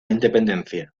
independencia